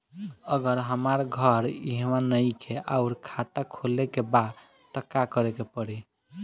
अगर हमार घर इहवा नईखे आउर खाता खोले के बा त का करे के पड़ी?